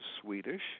Swedish